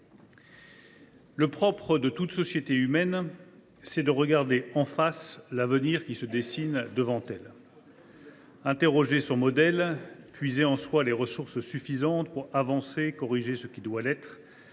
Le propre de toute société humaine, c’est de regarder en face l’avenir qui se dessine, d’interroger son modèle, de puiser en soi les ressources suffisantes pour avancer, de corriger ce qui doit l’être